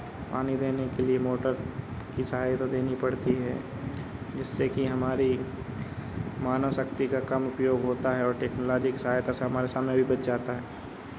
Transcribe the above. पानी देने के लिए मोटर की सहायता लेनी पड़ती है जिससे कि हमारी मानव शक्ति का कम उपयोग होता है और टेक्नोलॉजी की सहायता से हमारा समय भी बच जाता है